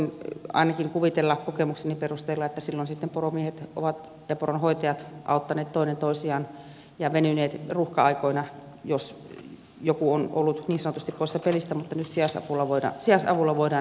voisin ainakin kuvitella kokemukseni perusteella että silloin sitten poronhoitajat ovat auttaneet toinen toisiaan ja venyneet ruuhka aikoina jos joku on ollut niin sanotusti poissa pelistä mutta nyt sijaisavulla voidaan näitä ruuhkatilanteita helpottaa